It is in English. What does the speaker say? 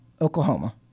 Oklahoma